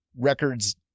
records